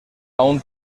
aún